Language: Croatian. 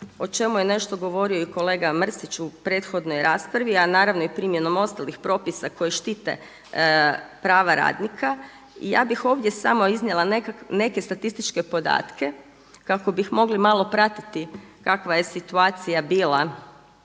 o čemu je nešto govorio i kolega Mrsić u prethodnoj raspravi, a naravno i primjenom ostalih propisa koji štite prava radnika. Ja bih ovdje samo iznijela neke statističke podatke kako bi mogli malo pratiti kakva je situacija bila